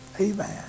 amen